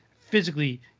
physically